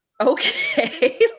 Okay